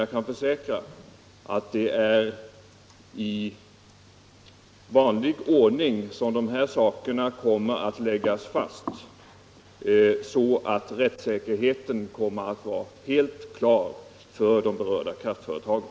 Jag kan dock försäkra att dessa saker kommer att läggas fast i vanlig ordning, så att rättssäkerheten kommer att vara helt klar för de berörda kraftföretagen.